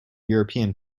european